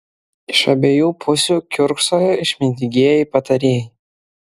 iš abiejų pusių kiurksojo išmintingieji patarėjai